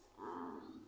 आ